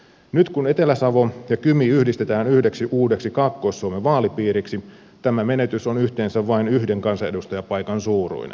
nyt kun etelä savo ja kymi yhdistetään yhdeksi uudeksi kaakkois suomen vaalipiiriksi tämä menetys on yhteensä vain yhden kansanedustajapaikan suuruinen